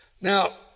Now